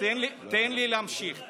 תן לי להמשיך.